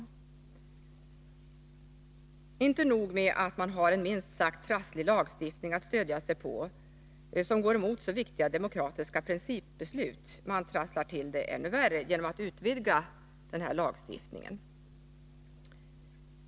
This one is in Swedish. Inte nog med att man har en minst sagt trasslig lagstiftning att stödja sig på, som går emot viktiga demokratiska principbeslut. Man trasslar till det ännu värre genom att utvidga denna lagstiftning.